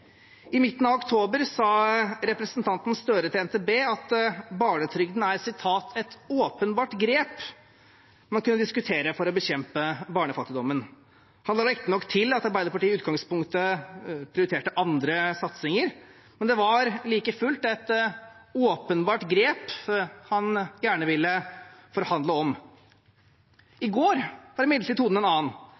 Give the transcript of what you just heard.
I midten av oktober sa representanten Gahr Støre til NTB at barnetrygden er «et åpenbart grep» man kunne diskutere for å bekjempe barnefattigdommen. Han la riktig nok til at Arbeiderpartiet i utgangspunktet prioriterte andre satsinger, men det var like fullt et åpenbart grep han gjerne ville forhandle om. I går var imidlertid tonen en annen.